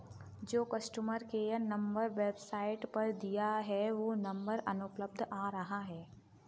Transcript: जो customer care number website पर दिया है वो नंबर अनुपलब्ध आ रहा है